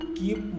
keep